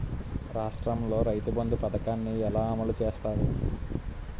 రాష్ట్రంలో రైతుబంధు పథకాన్ని ఎలా అమలు చేస్తారు?